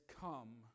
come